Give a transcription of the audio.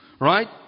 Right